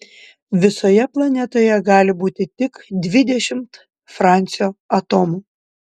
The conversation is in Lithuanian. visoje planetoje gali būti tik dvidešimt francio atomų